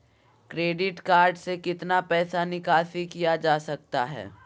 Credit card से कितना पैसा निकासी किया जा सकता है?